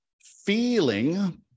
feeling